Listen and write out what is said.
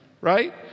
right